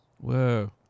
Whoa